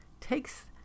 takes